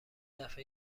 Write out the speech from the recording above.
دفعه